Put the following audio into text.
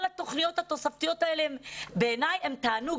כל התוכניות התוספתיות האלה בעיניי הן תענוג.